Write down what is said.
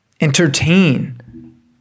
entertain